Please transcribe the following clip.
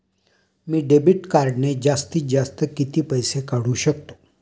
मी debit कार्डने जास्तीत जास्त किती पैसे काढू शकतो?